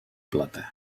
plata